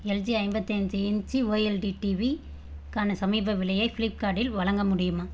LG ஐம்பத்தி அஞ்சு inch OLED டிவிக்கான சமீப விலையை ஃப்ளிப்கார்டில் வழங்க முடியுமா